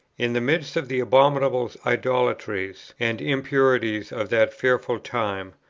in the midst of the abominable idolatries and impurities of that fearful time,